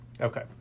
Okay